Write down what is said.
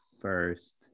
first